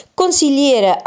consigliere